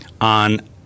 on